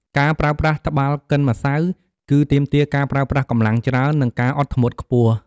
ការប្រើប្រាស់ត្បាល់កិនម្សៅ គឺទាមទារការប្រើប្រាស់កម្លាំងច្រើន និងការអត់ធ្មត់ខ្ពស់។